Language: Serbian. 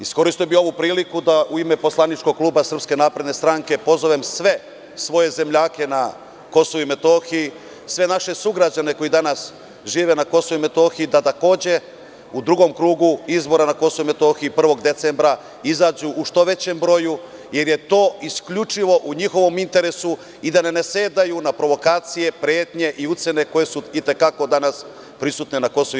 Iskoristio bih ovu priliku da u ime poslaničkog kluba SNS pozovem sve svoje zemljake na KiM, sve naše sugrađane koji danas žive na KiM da takođe u drugom krugu izbora na KiM 1. decembra izađu u što većem broju, jer je to isključivo u njihovom interesu i da ne nasedaju na provokacije, pretnje i ucene koje su i te kako danas prisutne na KiM.